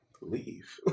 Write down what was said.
leave